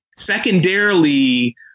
Secondarily